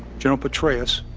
general petraeus,